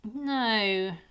no